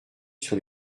sur